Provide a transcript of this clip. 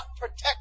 protect